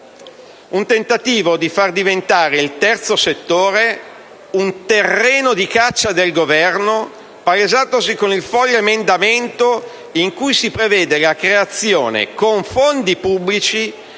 un tentativo di far diventare il terzo settore un terreno di caccia del Governo, palesatosi con il folle emendamento, in cui si prevede la creazione, con fondi pubblici,